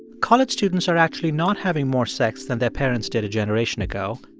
college students are actually not having more sex than their parents did a generation ago.